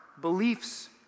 beliefs